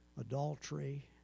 adultery